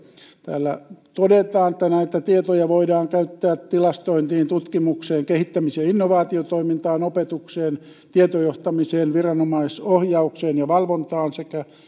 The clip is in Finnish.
täällä todetaan että näitä tietoja voidaan käyttää tilastointiin tutkimukseen kehittämis ja innovaatiotoimintaan opetukseen tietojohtamiseen viranomaisohjaukseen ja valvontaan sekä